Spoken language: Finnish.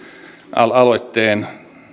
aloitteen